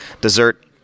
dessert